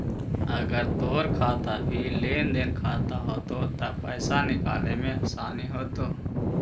अगर तोर खाता भी लेन देन खाता होयतो त पाइसा निकाले में आसानी होयतो